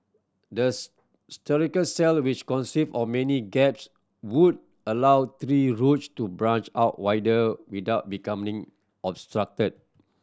the structural cell which consist of many gaps would allow tree roots to branch out wider without becoming obstructed